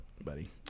buddy